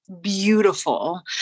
beautiful